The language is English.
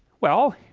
well,